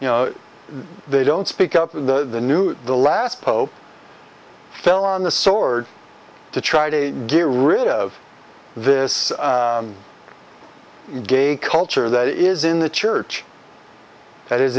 you know they don't speak up to newt the last pope fell on the sword to try to get rid of this gay culture that is in the church that is